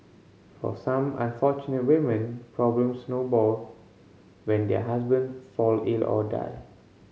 for some unfortunate women problems snowball when their husband fall ill or die